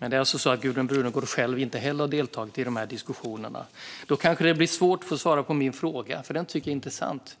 åtminstone där. Men Gudrun Brunegård har alltså inte heller själv deltagit i de här diskussionerna. Då kanske det blir svårt för henne att svara på min fråga, som jag tycker är intressant.